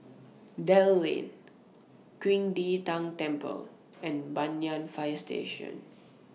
Dell Lane Qing De Tang Temple and Banyan Fire Station